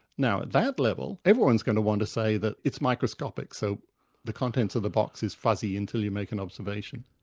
now at that level, everyone's going to want to say that it's microscopic, so the contents of the box is fuzzy until you make an observation.